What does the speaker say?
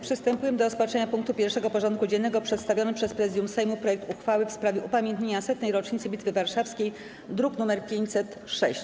Przystępujemy do rozpatrzenia punktu 1. porządku dziennego: Przedstawiony przez Prezydium Sejmu projekt uchwały w sprawie upamiętnienia 100. rocznicy Bitwy Warszawskiej (druk nr 506)